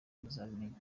muzabimenya